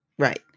Right